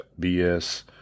BS